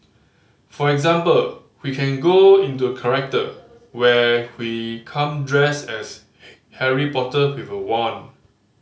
for example we can go into character where we come dressed as Harry Potter with a wand